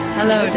Hello